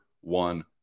one